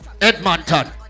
Edmonton